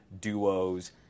duos